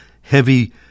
heavy